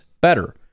better